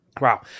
Wow